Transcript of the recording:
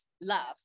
Love